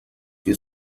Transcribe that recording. que